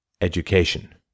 education